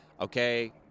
Okay